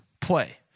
play